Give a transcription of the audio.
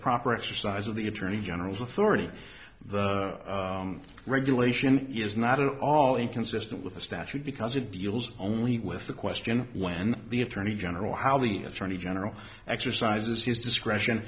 proper exercise of the attorney general's authority the regulation is not at all inconsistent with the statute because it deals only with the question when the attorney general how the attorney general exercises his discretion